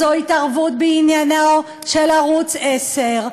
זאת התערבות בעניינו של ערוץ 10,